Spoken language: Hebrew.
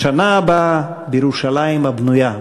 בשנה הבאה בירושלים הבנויה.